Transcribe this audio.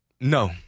no